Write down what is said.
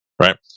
Right